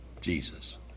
jesus